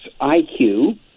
IQ